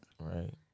Right